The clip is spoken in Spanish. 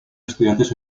estudiantes